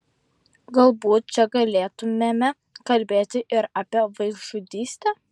galbūt čia galėtumėme kalbėti ir apie vaikžudystę